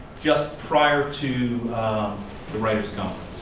just prior to the writers and